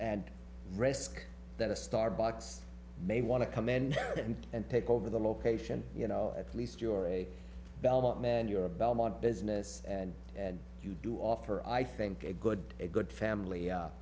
and risk that a starbucks may want to come in and take over the location you know at least you're a belmont man you're a belmont business and you do offer i think a good a good family